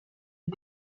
est